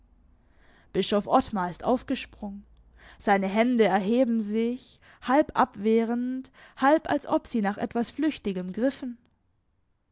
bischof ottmar ist aufgesprungen seine hände erheben sich halb abwehrend halb als ob sie nach etwas flüchtigem griffen